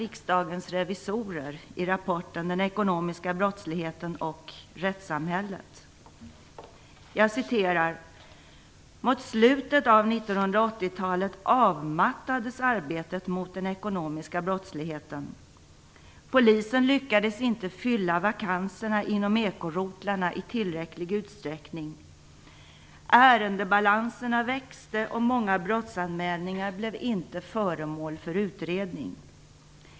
Riksdagens revisorer i rapporten Den ekonomiska brottsligheten och rättssamhället. "Mot slutet av 1980-talet avmattades arbetet mot den ekonomiska brottsligheten. Polisen lyckades inte fylla vakanserna inom ekorotlarna i tillräcklig utsträckning. Ärendebalanserna växte och många brottsanmälningar blev inte föremål för utredning.